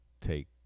take